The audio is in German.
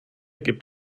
gibt